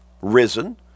risen